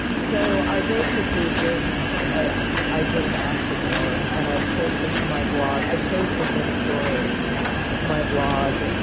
so i basically did i i did an act of war, and i posted to my blog i posted this story to my blog,